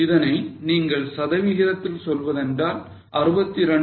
இதனை நீங்கள் சத விகிதத்தில் சொல்வதென்றால் 62